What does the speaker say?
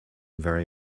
very